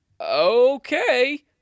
Okay